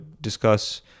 discuss